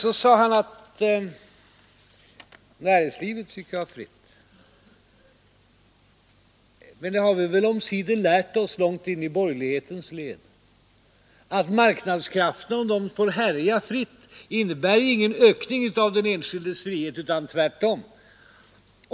Herr Bohman sade att näringslivet icke är fritt. Men vi har väl långt in i borgerlighetens led omsider lärt oss att det inte innebär någon ökning av den enskildes frihet att marknadskrafterna får härja fritt, utan tvärtom.